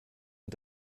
und